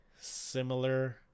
similar